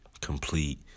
complete